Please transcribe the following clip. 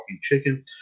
chicken